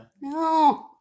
No